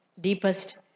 deepest